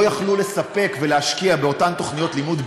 לא יכלו לספק ולהשקיע באותן תוכניות לימוד,